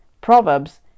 proverbs